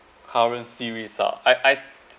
current series ah I I